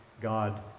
God